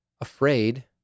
afraid